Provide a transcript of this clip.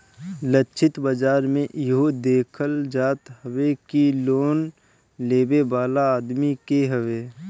लक्षित बाजार में इहो देखल जात हवे कि लोन लेवे वाला आदमी के हवे